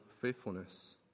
faithfulness